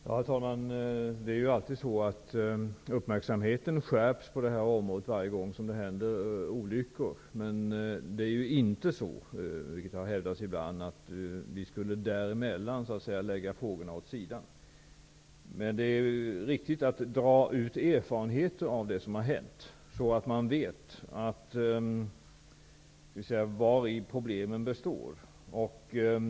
Herr talman! Det är alltså så att uppmärksamheten skärps på det här området varje gång som det händer olyckor, men det är inte så, vilket har hävdats ibland, att vi däremellan skulle lägga frågorna åt sidan. Det är riktigt att man skall dra erfarenheter av det som har hänt, så att man vet vari problemen består.